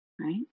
right